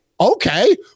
okay